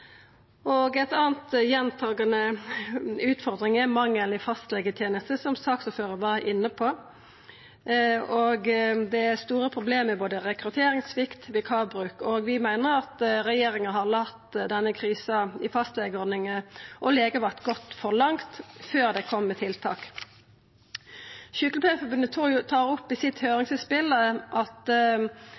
anna gjentakande utfordring er mangelen i fastlegetenesta, som saksordføraren var inne på. Det er store problem med både rekrutteringssvikt og vikarbruk, og vi meiner at regjeringa har late denne krisa i fastlegeordninga og legevakt gå for langt før dei kom med tiltak. Sjukepleiarforbundet tar opp i sitt høyringsinnspel at